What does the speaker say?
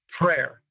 prayer